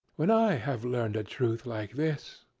when i have learned a truth like this,